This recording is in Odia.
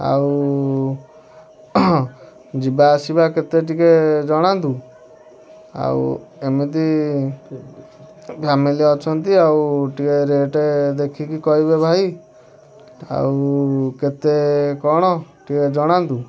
ଆଉ ଯିବା ଆସିବା କେତେ ଟିକେ ଜଣାନ୍ତୁ ଆଉ ଏମିତି ଫ୍ୟାମିଲି ଅଛନ୍ତି ଆଉ ଟିକେ ରେଟ୍ ଦେଖିକି କହିବେ ଭାଇ ଆଉ କେତେ କଣ ଟିକେ ଜଣାନ୍ତୁ